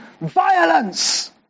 violence